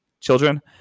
children